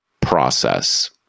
process